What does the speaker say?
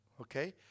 okay